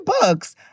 books